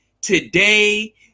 today